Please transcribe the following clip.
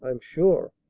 i'm sure.